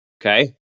okay